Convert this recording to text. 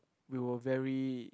we were very